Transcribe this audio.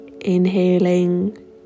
Inhaling